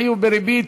אי-חיוב בריבית